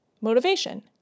Motivation